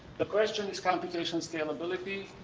the question is computation scalability,